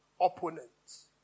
opponents